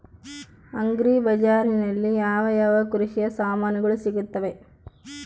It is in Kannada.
ಅಗ್ರಿ ಬಜಾರಿನಲ್ಲಿ ಯಾವ ಯಾವ ಕೃಷಿಯ ಸಾಮಾನುಗಳು ಸಿಗುತ್ತವೆ?